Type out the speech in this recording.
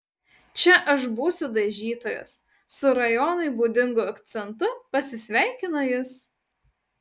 čia aš būsiu dažytojas su rajonui būdingu akcentu pasisveikino jis